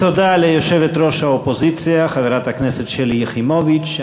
תודה ליושבת-ראש האופוזיציה חברת הכנסת שלי יחימוביץ.